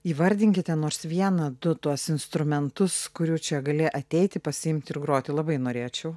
įvardinkite nors vieną du tuos instrumentus kurių čia gali ateiti pasiimti ir groti labai norėčiau